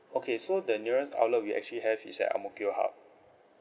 okay so the nearest outlet we actually have is at ang mo kio hub